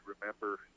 remember